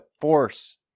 force